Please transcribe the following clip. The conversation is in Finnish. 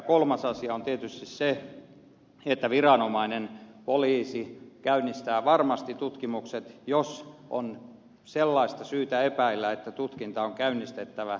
kolmas asia on tietysti se että viranomainen poliisi käynnistää varmasti tutkimukset jos on sellaista syytä epäillä että tutkinta on käynnistettävä